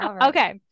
Okay